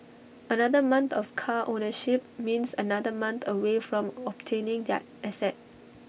another month of car ownership means another month away from obtaining that asset